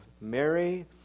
Mary